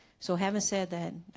so having said that